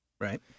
right